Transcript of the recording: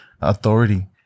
authority